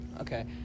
Okay